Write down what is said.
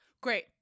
Great